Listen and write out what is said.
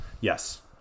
Yes